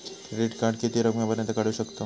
Credit card किती रकमेपर्यंत काढू शकतव?